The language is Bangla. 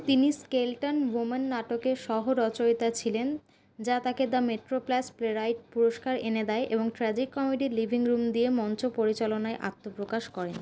তিনি স্কেলেটন উওম্যান নাটকের সহ রচয়িতা ছিলেন যা তাঁকে the Metro Plus playwright পুরস্কার এনে দেয় এবং ট্র্যাজিক কমেডি লিভিং রুম দিয়ে মঞ্চ পরিচালনায় আত্মপ্রকাশ করেন